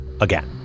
again